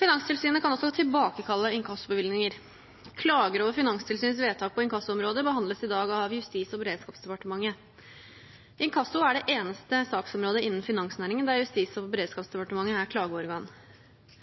Finanstilsynet kan også tilbakekalle inkassobevillinger. Klager over Finanstilsynets vedtak på inkassoområdet behandles i dag av Justis- og beredskapsdepartementet. Inkasso er det eneste saksområdet innen finansnæringen der Justis- og